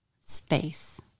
space